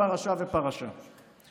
אולי הרב פרוש יספר לך על ספר החינוך,